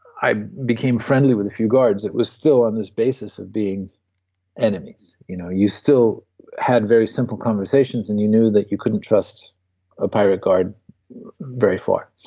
became friendly with a few guards it was still on this basis of being enemies. you know you still had very simple conversations, and you knew that you couldn't trust a pirate guard very far.